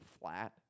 flat